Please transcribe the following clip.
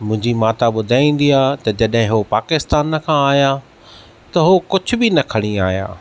मुंहिंजी माता ॿुधाईंदी आहे त जॾहिं हू पाकिस्तान खां आया त हू कुझु बि न खणी आया